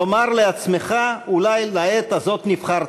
לומר לעצמך: אולי לעת הזאת נבחרתי.